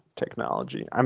technology